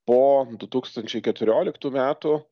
po du tūkstančiai keturioliktų metų